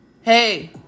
Hey